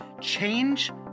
change